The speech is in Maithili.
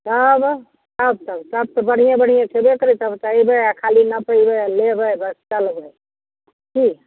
तब सब सब सब तऽ बढ़िएँ बढ़िएँ छेबे करै सब तऽ ऐबै आ खाली नपेबै आ लेबै बस चलबै की